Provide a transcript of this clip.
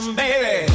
baby